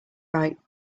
right